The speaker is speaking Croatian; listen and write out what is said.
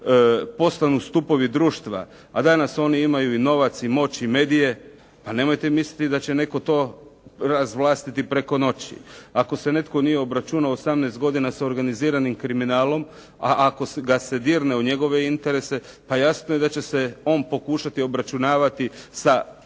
postanu stupovi društva, a danas oni imaju i novac i moć i medije, pa nemojte misliti da će netko to razvlastiti preko noći. Ako se netko nije obračunao 18 godina sa organiziranim kriminalom, a ako ga se dirne u njegove interese, pa jasno je da će se on pokušati obračunavati sa